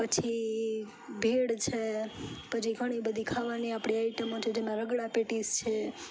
પછી ભેળ છે પછી ઘણી બધી ખાવાની આપણી આઈટમો છે રગડા પેટીસ છે